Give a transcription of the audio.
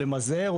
או למזער,